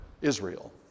Israel